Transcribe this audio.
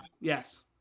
Yes